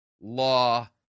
law